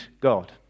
God